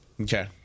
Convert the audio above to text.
Okay